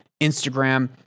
Instagram